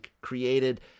created